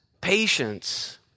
patience